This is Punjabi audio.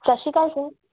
ਸਤਿ ਸ਼੍ਰੀ ਅਕਾਲ ਸਰ